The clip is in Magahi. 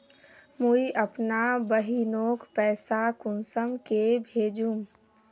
मुई अपना बहिनोक पैसा कुंसम के भेजुम?